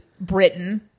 Britain